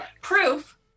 proof